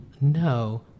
No